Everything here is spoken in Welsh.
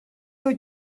wyt